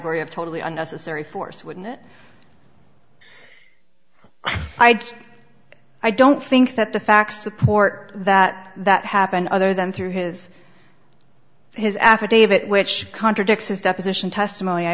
category of totally unnecessary force wouldn't it i just i don't think that the facts support that that happened other than through his his affidavit which contradicts his deposition testimony i